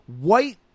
White